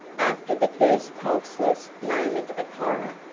after the first pulseless moment of horror,